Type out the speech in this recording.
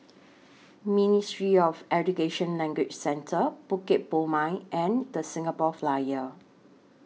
Ministry of Education Language Centre Bukit Purmei and The Singapore Flyer